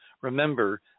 Remember